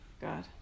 God